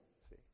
See